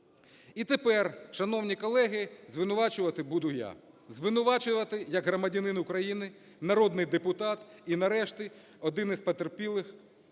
І тепер, шановні колеги, звинувачувати буду я. Звинувачувати як громадянин України, народний депутат і, нарешті, один із потерпілих